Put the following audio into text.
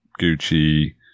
Gucci